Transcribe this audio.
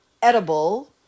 Edible